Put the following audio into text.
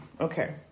okay